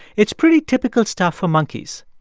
it's pretty typical stuff for monkeys.